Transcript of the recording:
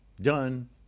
Done